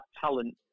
talent